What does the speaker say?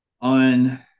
on